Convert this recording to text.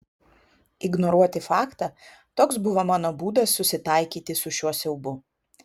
ignoruoti faktą toks buvo mano būdas susitaikyti su šiuo siaubu